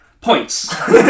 Points